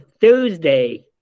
Thursday